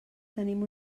tenim